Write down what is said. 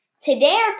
Today